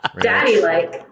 daddy-like